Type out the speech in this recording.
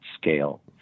scale